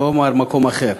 מקום אחר.